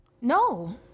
No